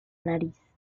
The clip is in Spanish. nariz